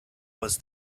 was